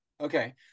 Okay